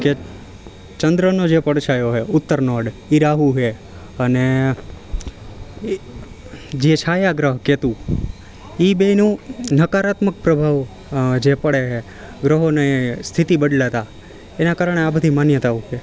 કે ચંદ્રનો જે પડછાયો છે ઉત્તરનોડ એ રાહુ છે અને જે છાયા ગ્રહ કેતુ એ બેયનો નકારાત્મક પ્રભાવ જે પડે છે ગ્રહોને સ્થિતિ બદલાતા એના કારણે આ બધી માન્યતાઓ છે